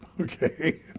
Okay